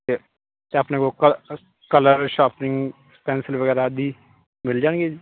ਅਤੇ ਅਤੇ ਆਪਣੇ ਕੋਲ ਕਲਰ ਸ਼ਾਪਿੰਗ ਪੈਂਸਲ ਵਗੈਰਾ ਦੀ ਮਿਲ ਜਾਣਗੇ ਜੀ